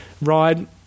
Ride